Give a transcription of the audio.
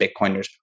Bitcoiners